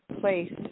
place